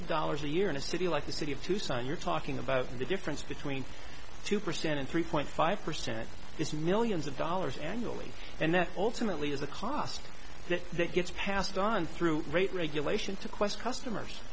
of dollars a year in a city like the city of tucson you're talking about the difference between two percent and three point five percent is millions of dollars annually and that ultimately is a cost that that gets passed on through rate regulation to qwest customers